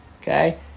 okay